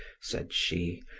said she,